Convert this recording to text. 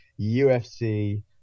ufc